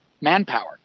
manpower